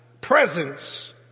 presence